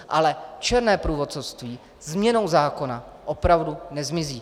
Ale černé průvodcovství změnou zákona opravdu nezmizí.